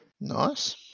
Nice